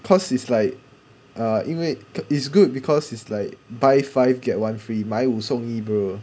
cause it's like uh 因为 it's good because it's like buy five get one free 买五送一 bruh